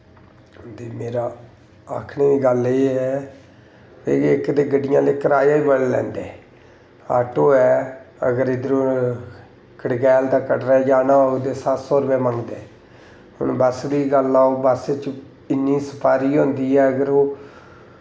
ते मेरा आखने दी गल्ल एह् ऐ इक ते गड्डियें आह्ले कराया बी बड़ा लैंदे ऑटो ऐ अगर इद्धरां कड़कैल दा कटरै जाना होग ते सत्त सौ रपेआ मंगदे हून बस दी गल्ल लाओ बस च इन्नी सवारी होंदी ऐ अगर ओह्